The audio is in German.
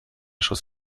schuss